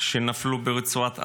שנפלו ברצועת עזה.